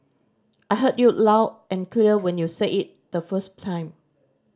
I heard you loud and clear when you said it the first time